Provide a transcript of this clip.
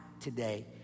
Today